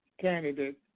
candidate